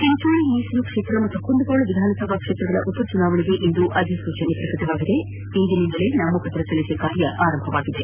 ಚಿಂಚೋಳಿ ಮೀಸಲು ಕ್ಷೇತ್ರ ಮತ್ತು ಕುಂದಗೋಳ ವಿಧಾನ ಸಭಾ ಕ್ಷೇತ್ರಗಳ ಉಪಚುನಾವಣೆಗೆ ಇಂದು ಅಧಿಸೂಚನೆ ಪ್ರಕಟವಾಗಿದ್ದು ಇಂದಿನಿಂದಲೇ ನಾಮಪತ್ರ ಸಲ್ಲಿಕೆ ಕಾರ್ಯ ಆರಂಭವಾಗಿದೆ